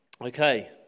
Okay